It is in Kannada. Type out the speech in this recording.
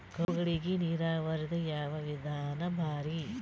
ಕಬ್ಬುಗಳಿಗಿ ನೀರಾವರಿದ ಯಾವ ವಿಧಾನ ಭಾರಿ?